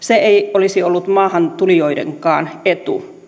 se ei olisi ollut maahantulijoidenkaan etu